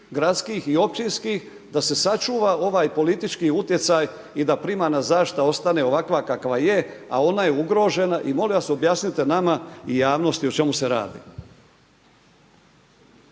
gradskih i općinskih da se sačuva ovaj politički utjecaj i da primarna zaštita ostane ovakva kakva je, a ona je ugrožena i molim vas, objasnite nama i javnosti o čemu se radi.